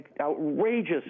outrageous